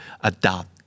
adopt